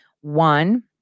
one